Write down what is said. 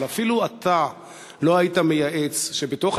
אבל אפילו אתה לא היית מייעץ שבתוך